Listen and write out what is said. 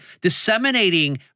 disseminating